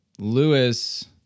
Lewis